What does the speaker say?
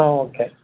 ആ ഓക്കേ